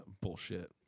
Bullshit